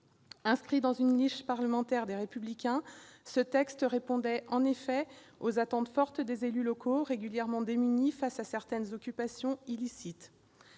Inscrit dans une niche parlementaire du groupe Les Républicains, ce texte répondait en effet aux attentes fortes des élus locaux, régulièrement démunis face à certaines occupations illicites.